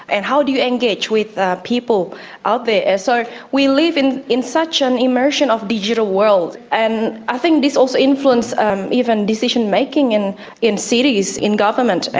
and how do you engage with people out there. so we live in in such an immersion of digital world, and i think this also influences um even decision-making in in cities, in government.